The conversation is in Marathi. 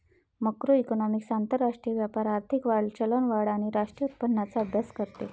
मॅक्रोइकॉनॉमिक्स आंतरराष्ट्रीय व्यापार, आर्थिक वाढ, चलनवाढ आणि राष्ट्रीय उत्पन्नाचा अभ्यास करते